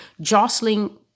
jostling